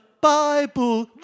Bible